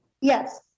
Yes